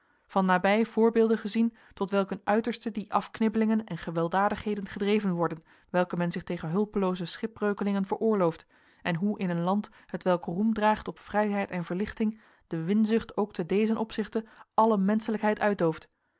van nabij voorbeelden gezien tot welk een uiterste die afknibbelingen en gewelddadigheden gedreven worden welke men zich tegen hulpelooze schipbreukelingen veroorlooft en hoe in een land hetwelk roem draagt op vrijheid en verlichting de winzucht ook te dezen opzichte alle menschelijkheid uitdooft